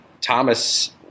Thomas